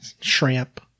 shrimp